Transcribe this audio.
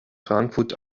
frankfurt